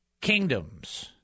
kingdoms